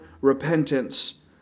repentance